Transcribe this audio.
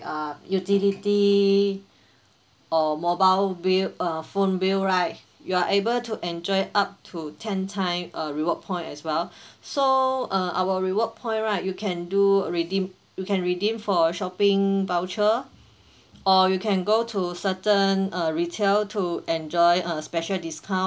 uh utility or mobile bill uh phone bill right you are able to enjoy up to ten time uh reward point as well so uh our reward point right you can do redeem you can redeem for a shopping voucher or you can go to certain uh retail to enjoy a special discount